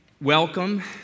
Welcome